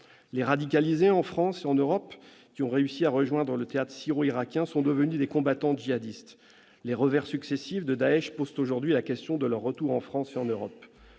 Les radicalisés en France et en Europe qui ont réussi à rejoindre le théâtre syro-irakien sont devenus des combattants djihadistes. Les revers successifs de Daech posent aujourd'hui la question de leur retour. Notre collègue